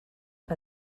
que